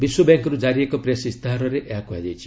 ବିଶ୍ୱବ୍ୟାଙ୍କରୁ ଜାରି ଏକ ପ୍ରେସ୍ ଇସ୍ତାହାରରେ ଏହା କୁହାଯାଇଛି